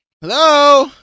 Hello